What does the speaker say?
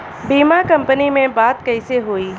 बीमा कंपनी में बात कइसे होई?